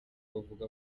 bavuga